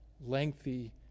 lengthy